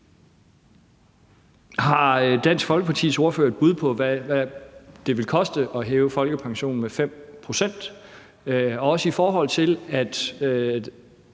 Har Dansk Folkepartis ordfører et bud på, hvad det vil koste at hæve folkepensionen med 5 pct. – også i forhold til, at